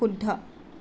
শুদ্ধ